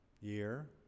Year